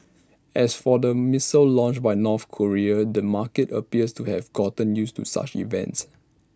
as for the missile launch by North Korea the market appears to have gotten used to such events